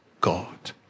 God